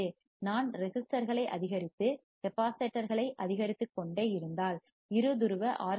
நான் மின்தடையங்களைரெசிஸ்டர்களை அதிகரித்து மின்தேக்கிகளை கெப்பாசிட்டர்களை அதிகரித்துக்கொண்டே இருந்தால் இரு துருவ ஆர்